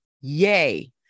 yay